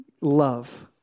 Love